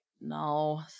no